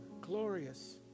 glorious